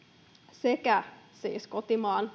sekä kotimaan